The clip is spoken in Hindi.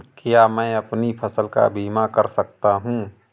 क्या मैं अपनी फसल का बीमा कर सकता हूँ?